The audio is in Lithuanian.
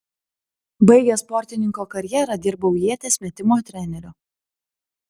baigęs sportininko karjerą dirbau ieties metimo treneriu